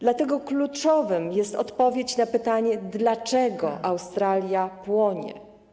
Dlatego kluczowa jest odpowiedź na pytanie, dlaczego Australia płonie.